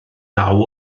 naw